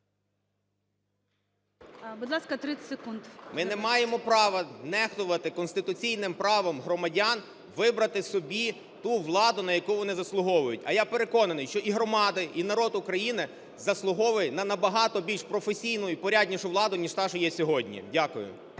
Ми не маємо права нехтувати конституційним правом громадян вибрати собі ту владу, на яку вони заслуговують. А я переконаний, що і громади, і народ України заслуговує на набагато більш професійну іпоряднішу владу, ніж та, що є сьогодні. Дякую.